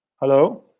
Hello